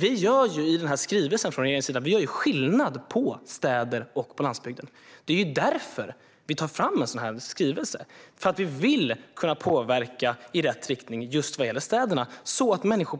Vi gör från regeringens sida i skrivelsen skillnad på städer och landsbygden. Det är därför vi tar fram en skrivelse. Vi vill kunna påverka i rätt riktning just vad gäller städerna, så att människor